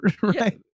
right